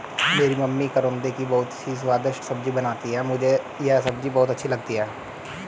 मेरी मम्मी करौंदे की बहुत ही स्वादिष्ट सब्जी बनाती हैं मुझे यह सब्जी बहुत अच्छी लगती है